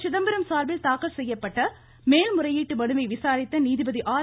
சிதம்பரம் சார்பில் தாக்கல் செய்யப்பட்ட மேல்முறையீட்டு மனுவை விசாரித்த நீதிபதி ஆர்